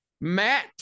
Matt